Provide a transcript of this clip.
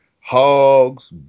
hogs